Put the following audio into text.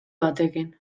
batekin